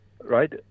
right